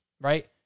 right